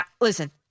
listen